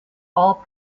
all